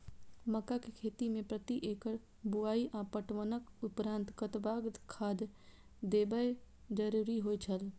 मक्का के खेती में प्रति एकड़ बुआई आ पटवनक उपरांत कतबाक खाद देयब जरुरी होय छल?